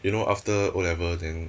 you know after O level then